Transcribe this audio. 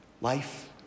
Life